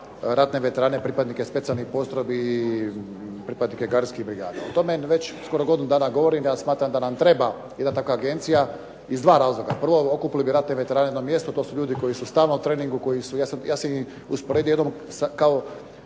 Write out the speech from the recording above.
ratne veterane, pripadnike specijalnih postrojbi i pripadnike gardijskih brigada. O tome već skoro godinu dana govorim, ja smatram da nam treba jedna takva agencija iz dva razloga. Prvo, okupili bi ratne veterane na mjestu, to su ljudi koji su stalno u treningu. Ja sam ih usporedio jednom kao